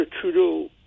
Trudeau